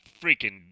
freaking